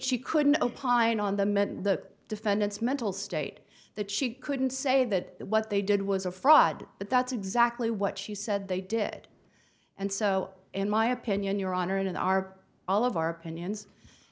she couldn't opine on the men the defendant's mental state that she couldn't say that what they did was a fraud but that's exactly what she said they did and so in my opinion your honor in our all of our opinions